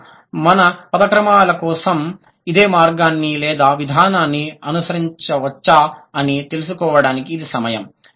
ఇప్పుడు మనం పద క్రమాల కోసం ఇదే మార్గాన్ని లేదా విధానాన్ని అనుసరించవచ్చా అని తెలుసుకోవడానికి ఇది సమయం